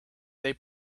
they